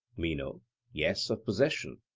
meno yes, of possession.